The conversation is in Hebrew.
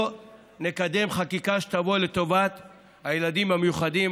נקדם חקיקה שתבוא לטובת הילדים המיוחדים,